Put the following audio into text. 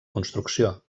construcció